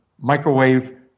microwave